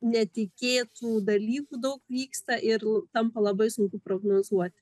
netikėtų dalykų daug vyksta ir tampa labai sunku prognozuot